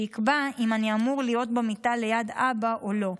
שיקבע אם אני אמור להיות במיטה ליד אבא או לא,